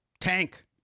tank